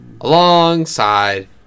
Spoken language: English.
Alongside